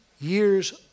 years